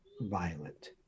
violent